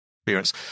experience